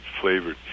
flavored